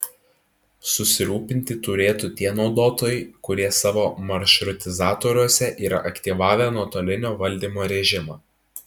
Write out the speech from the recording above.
susirūpinti turėtų tie naudotojai kurie savo maršrutizatoriuose yra aktyvavę nuotolinio valdymo režimą